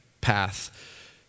path